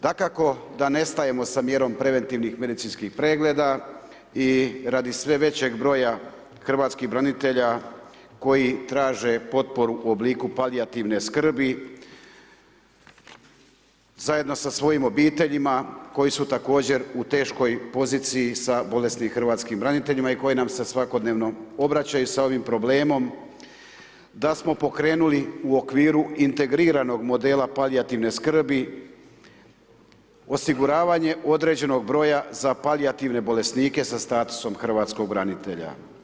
Dakako da nestajemo sa mjerom preventivnih medicinskih pregleda i radi sve većeg broja hrvatskih branitelja koji traže potporu u obliku palijativne skrbi zajedno sa svojim obiteljima koji su također u teškoj poziciji sa bolesnim hrvatskim braniteljima i koji nam je svakodnevno obraćaju sa ovim problemom da smo pokrenuli u okviru integriranog modela palijativne skrbi osiguravanje određenog broja za palijativne bolesnike sa statusom hrvatskog branitelja.